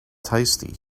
tasty